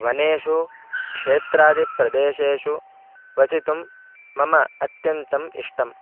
वनेषु क्षेत्रादिप्रदेशेषु वसितुं मम अत्यन्तम् इष्टम्